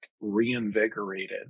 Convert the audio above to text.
reinvigorated